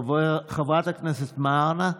חברת הכנסת מראענה,